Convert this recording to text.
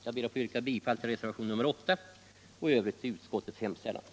Jag ber att få yrka bifall till reservationen 8 och i övrigt till utskottets hemställan.